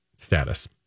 status